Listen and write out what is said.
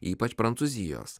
ypač prancūzijos